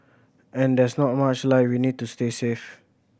and there's not much light we need to stay safe